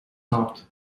north